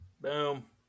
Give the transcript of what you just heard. Boom